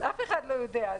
אף אחד לא יודע.